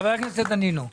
חבר הכנסת דנינו.